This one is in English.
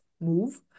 move